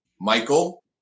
Michael